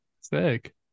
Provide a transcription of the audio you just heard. Sick